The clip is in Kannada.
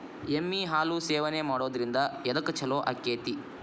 ಎಮ್ಮಿ ಹಾಲು ಸೇವನೆ ಮಾಡೋದ್ರಿಂದ ಎದ್ಕ ಛಲೋ ಆಕ್ಕೆತಿ?